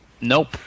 Nope